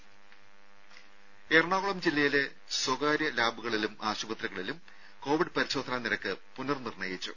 രും എറണാകുളം ജില്ലയിലെ സ്വകാര്യ ലാബുകളിലും ആശുപത്രികളിലും കോവിഡ് പരിശോധനാ നിരക്ക് പുനർ നിർണ്ണയിച്ചു